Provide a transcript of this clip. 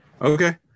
Okay